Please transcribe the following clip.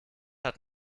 hat